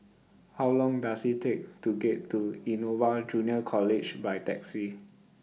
How Long Does IT Take to get to Innova Junior College By Taxi